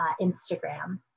Instagram